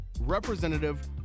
Representative